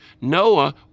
Noah